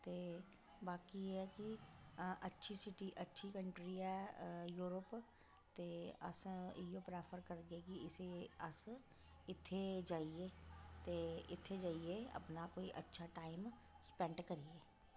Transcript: ते बाकी एह् ऐ कि अच्छी सिटी अच्छी कंट्री ऐ यूरोप ते अस इयो प्रैफर करगे कि इसे अस इत्थै जाइयै ते इत्थै जाइयै अपना कोई अच्छा टाइम सपैंड करियै